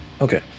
Okay